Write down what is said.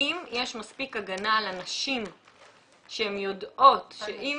האם יש מספיק הגנה על הנשים שהן יודעות שאם